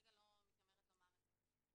כרגע לא מתיימרת לומר את זה,